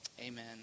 Amen